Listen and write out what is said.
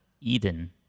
Eden